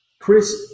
Chris